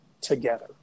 together